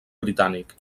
britànic